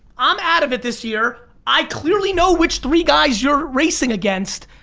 i'm out of it this year, i clearly know which three guys you're racing against.